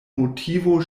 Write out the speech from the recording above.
motivo